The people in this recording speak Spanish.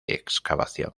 excavación